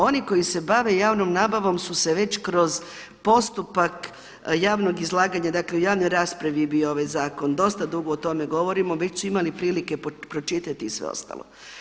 Oni koji se bave javnom nabavom su se već kroz postupak javnog izlaganja dakle u javnoj raspravi je bio ovaj zakon, dosta dugo o tome govorimo, već su imali prilike pročitati i sve ostalo.